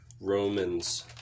Romans